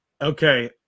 Okay